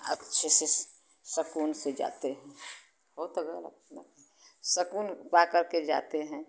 अच्छे से सुकून से जाते हैं हो तो गया न सुकून पाकर के जाते हैं